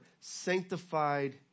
sanctified